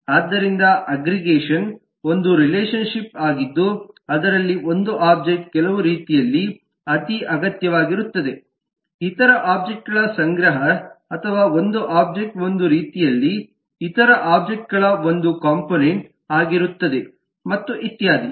ಆದ್ದರಿಂದ ಅಗ್ಗ್ರಿಗೇಷನ್ ಒಂದು relationship ಆಗಿದ್ದು ಅದರಲ್ಲಿ ಒಂದು ಒಬ್ಜೆಕ್ಟ್ ಕೆಲವು ರೀತಿಯಲ್ಲಿ ಅತೀ ಅಗತ್ಯವಾಗಿರುತ್ತದೆ ಇತರ ಒಬ್ಜೆಕ್ಟ್objectಗಳ ಸಂಗ್ರಹ ಅಥವಾ ಒಂದು ಒಬ್ಜೆಕ್ಟ್ ಒಂದು ರೀತಿಯಲ್ಲಿ ಇತರ ಒಬ್ಜೆಕ್ಟ್ಗಳ ಒಂದು ಕಂಪೋನೆಂಟ್ ಆಗಿರುತ್ತದೆ ಮತ್ತು ಇತ್ಯಾದಿ